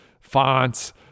fonts